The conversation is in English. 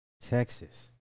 Texas